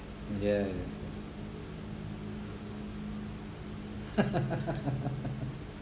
ya